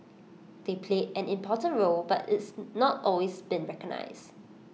they played an important role but it's not always been recognised